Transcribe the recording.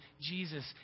Jesus